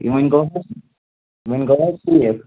یہِ وۅنۍ گوٚو حظ وۅنۍ گوٚو حظ ٹھیٖک